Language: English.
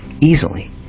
easily